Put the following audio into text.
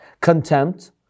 contempt